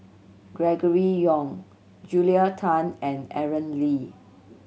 Gregory Yong Julia Tan and Aaron Lee